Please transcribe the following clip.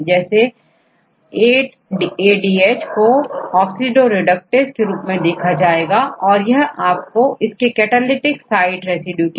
जैसे1A71तो यहां पर8ADH देखें यह ऑक्सीडोरिडक्टसेहै यहां आपको एक नंबर प्राप्त होगा जो कार्यात्मक रूप से महत्वपूर्ण रेसिड्यू है और उसकी कैटालिटिक साइट रेसिड्यू है